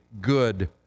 good